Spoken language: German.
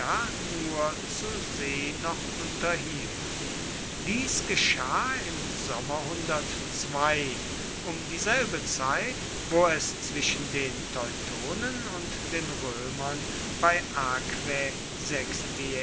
nur zur see noch unterhielt dies geschah im sommer um dieselbe zeit wo es zwischen den teutonen und den römern bei